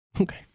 Okay